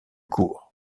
court